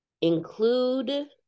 Include